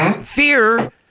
Fear